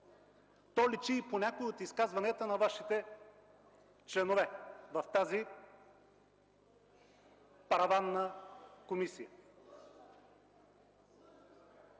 То личи и по някои от изказванията на Вашите членове в тази параванна комисия.